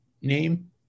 name